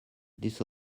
this